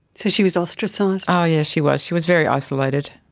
so she was ostracised? ah yes, she was, she was very isolated.